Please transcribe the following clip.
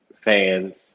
fans